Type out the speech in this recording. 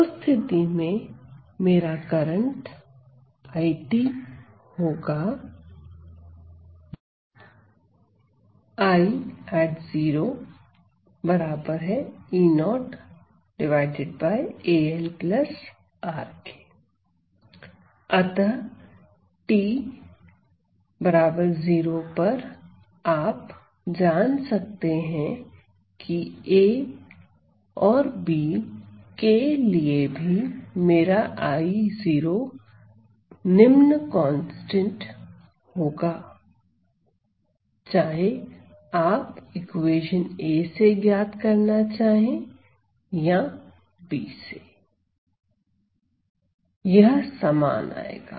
उस स्थिति में मेरा करंट I होगा अतः t 0 पर आप जान सकते हैं की A और B के लिए भी मेरा I निम्न कांस्टेंट होगा चाहे आप इक्वेशन A से ज्ञात करना चाहे या B से यह समान आएगा